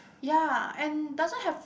ya and doesn't have